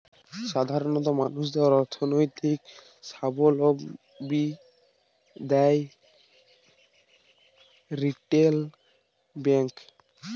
সাধারণ মানুষদের অর্থনৈতিক সাবলম্বী দ্যায় রিটেল ব্যাংক